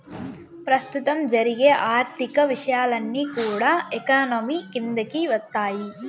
ప్రస్తుతం జరిగే ఆర్థిక విషయాలన్నీ కూడా ఎకానమీ కిందికి వత్తాయి